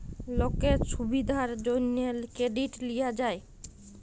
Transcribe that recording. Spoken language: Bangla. লকের ছুবিধার জ্যনহে কেরডিট লিয়া যায়